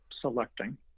selecting